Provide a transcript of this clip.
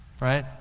right